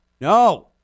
no